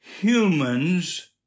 Humans